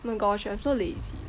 oh my gosh I'm so lazy